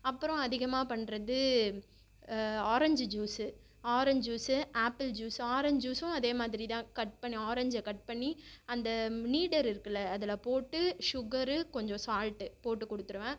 அப்புறோம் அதிகமாக பண்ணுறது orange juice orange juice apple juice orange ஜூஸும் அதே மாதிரி தான் கட் பண்ணி ஆரஞ்சை கட் பண்ணி அந்த நீடர் இருக்குல்ல அதில் போட்டு ஷுகரு கொஞ்சம் சால்ட்டு போட்டு கொடுத்துருவேன்